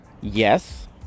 yes